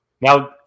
Now